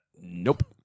Nope